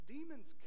Demons